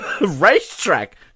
Racetrack